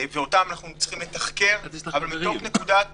ואותם אנחנו צריכים לתחקר, אבל מתוך נקודת